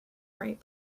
right